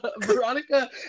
veronica